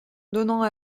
donnant